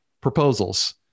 proposals